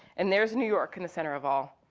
and there's new york in the center of all.